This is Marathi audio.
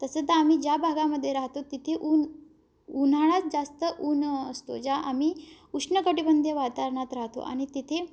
तसं तर आम्ही ज्या भागामध्ये राहतो तिथे ऊन उन्हाळाच जास्त ऊन असतो ज्या आम्ही उष्णकटिबंधी वातावरणात राहतो आणि तिथे